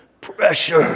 Pressure